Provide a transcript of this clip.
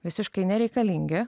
visiškai nereikalingi